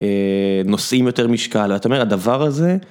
נושאים יותר משקל ואתה אומר הדבר הזה.